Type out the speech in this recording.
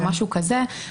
או משהו כזה,